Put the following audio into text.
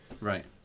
Right